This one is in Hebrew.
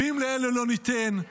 אם לאלה לא ניתן,